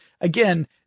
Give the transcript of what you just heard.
again